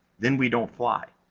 then we don't fly.